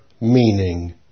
meaning